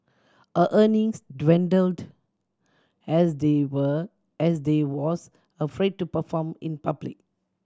her earnings dwindled as they were as they was afraid to perform in public